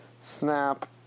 Snap